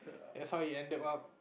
that's how it ended up